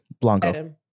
Blanco